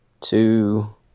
two